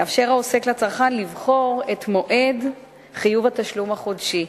יאפשר העוסק לצרכן לבחור את מועד חיוב התשלום החודשי.